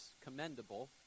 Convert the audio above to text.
commendable